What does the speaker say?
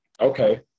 Okay